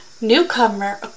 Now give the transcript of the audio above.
Newcomer